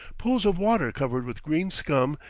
pools of water covered with green scum,